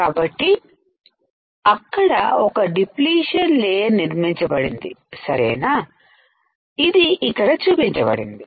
కాబట్టి అక్కడ ఒక డిప్లీషన్ లేయర్ నిర్మించబడింది సరేనా ఇది ఇక్కడ చూపించబడింది